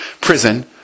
prison